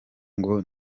ngo